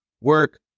work